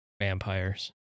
vampires